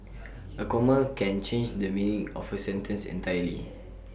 A comma can change the meaning of A sentence entirely